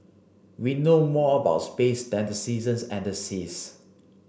we know more about space than the seasons and the seas